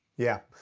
yeah,